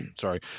sorry